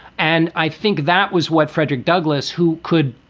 and i think that was what frederick douglass, who could,